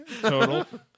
Total